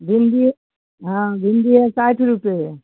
भिंडिये हाँ भिंडी है साठ रुपये